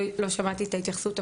לא שמעתי את ההתייחסות,